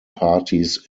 parties